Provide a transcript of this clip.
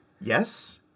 Yes